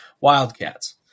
Wildcats